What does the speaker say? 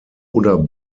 oder